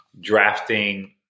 drafting